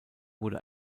wurde